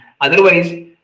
Otherwise